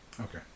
Okay